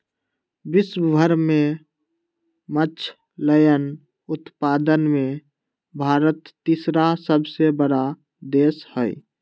विश्व भर के मछलयन उत्पादन में भारत तीसरा सबसे बड़ा देश हई